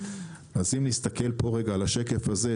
אם נסתכל על השקף הזה,